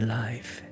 life